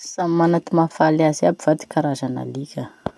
Samy mana ty mahafaly aby va ty karazan'alika?